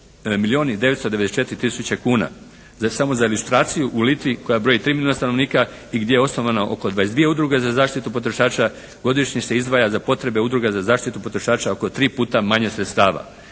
milijun i 994 tisuće kuna. Samo za registraciju u Litvi koja broji tri milijuna stanovnika i gdje je osnovano oko 22 Udruge za zaštitu potrošača godišnje se izdvaja za potrebe Udruga za zaštitu potrošača oko tri puta manje sredstava.